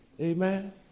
Amen